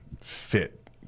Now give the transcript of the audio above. fit